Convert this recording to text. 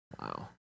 wow